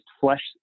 flesh